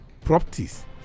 properties